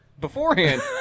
beforehand